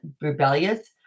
rebellious